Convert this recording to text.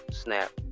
Snap